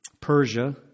Persia